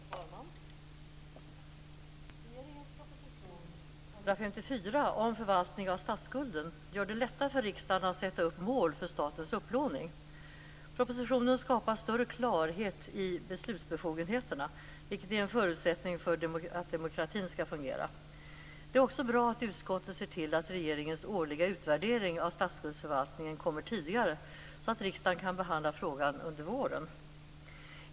Herr talman! Regeringens proposition 154 om förvaltning av statsskulden gör det lättare för riksdagen att sätta upp mål för statens upplåning. Propositionen skapar större klarhet i beslutsbefogenheter, vilket är en förutsättning för att demokratin skall fungera. Det är också bra att utskottet ser till att regeringens årliga utvärdering av statsskuldsförvaltningen kommer tidigare, så att riksdagen kan behandla frågan under våren.